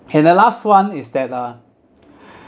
and the last one is that uh